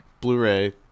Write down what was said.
Blu-ray